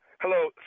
Hello